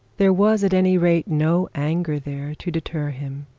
there was at any rate no anger there to deter him.